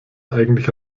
eigentlich